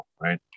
right